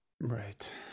Right